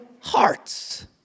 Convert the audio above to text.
hearts